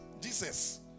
Jesus